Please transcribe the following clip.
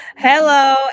Hello